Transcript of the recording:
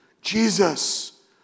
Jesus